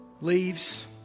Leaves